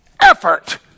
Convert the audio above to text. effort